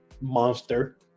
monster